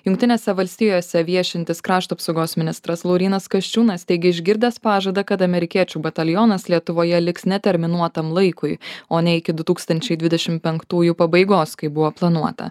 jungtinėse valstijose viešintis krašto apsaugos ministras laurynas kasčiūnas teigė išgirdęs pažadą kad amerikiečių batalionas lietuvoje liks neterminuotam laikui o ne iki du tūkstančiai dvidešimt penktųjų pabaigos kaip buvo planuota